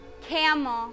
Camel